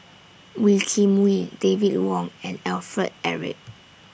Wee Kim Wee David Wong and Alfred Eric